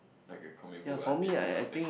like a comic book artist or something